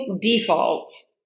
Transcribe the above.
defaults